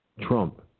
Trump